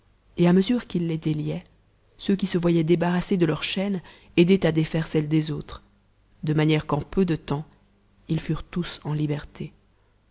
et à mesure qu'ils les déliaient ceux qui se voyaient débarrassés de leurs chaînes aidaient à défaire celles des autres de manière qu'en peu de temps ils furent tous en liberté